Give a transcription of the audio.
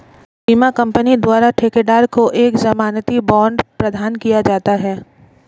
बीमा कंपनी द्वारा ठेकेदार को एक जमानती बांड प्रदान किया जाता है